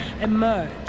emerge